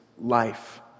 life